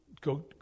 go